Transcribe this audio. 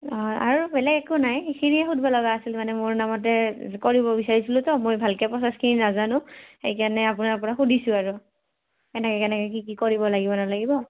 অঁ আৰু বেলেগ একো নাই সেইখিনিয়ে সুধিব লগা আছিল মানে মোৰ নামতে কৰিব বিচাৰিছিলোঁ তো মই ভালকৈ প্ৰচেছখিনি নাজানো সেইকাৰণে আপোনাৰ পৰা সুধিছোঁ আৰু কেনেকৈ কেনেকৈ কি কি কৰিব লাগিব নালাগিব